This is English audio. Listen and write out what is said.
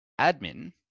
Admin